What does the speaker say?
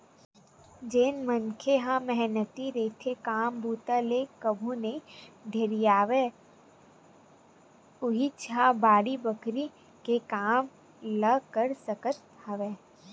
जेन मनखे ह मेहनती रहिथे, काम बूता ले कभू नइ ढेरियावय उहींच ह बाड़ी बखरी के काम ल कर सकत हवय